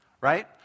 right